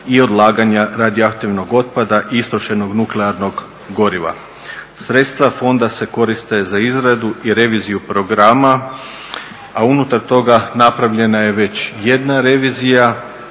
i odlaganja radioaktivnog otpada istrošenog nuklearnog goriva. Sredstva fonda se koriste za izradu i reviziju programa, a unutar toga napravljena je već jedna revizija,